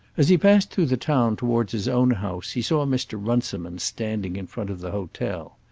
as he passed through the town towards his own house, he saw mr. runciman standing in front of the hotel.